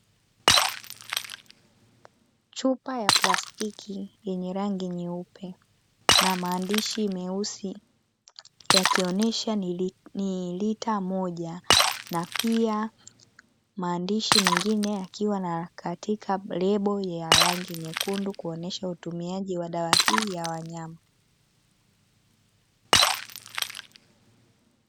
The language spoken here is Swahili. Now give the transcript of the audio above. Chupa ya plastiki yenye rangi nyeupe na maandishi meusi, yakionyesha ni lita moja na pia maandishi mengine yakiwa katika lebo ya rangi nyekundu, kuonyesha utumiaji wa dawa hii ya wanyama.